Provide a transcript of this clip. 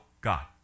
God